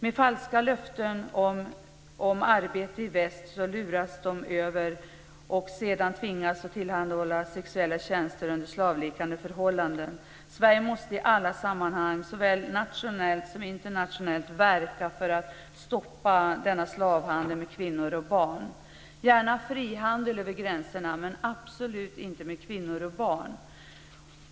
Med falska löften om arbete i väst luras de över och tvingas sedan att tillhandahålla sexuella tjänster under slavliknande förhållanden. Sverige måste i alla sammanhang, såväl nationellt som internationellt, verka för att stoppa denna slavhandel med kvinnor och barn. Vi ska gärna ha frihandel över gränserna, men absolut inte med kvinnor och barn.